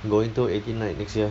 going to eighteen right next year